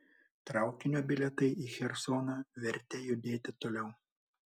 traukinio bilietai į chersoną vertė judėti toliau